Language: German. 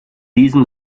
diesem